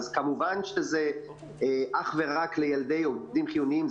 אז כמובן שזה אך ורק לילדי עובדים חיוניים.